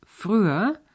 früher